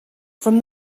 from